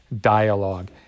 dialogue